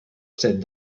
cent